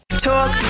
Talk